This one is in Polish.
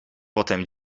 potem